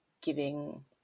giving